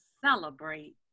celebrate